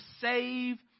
save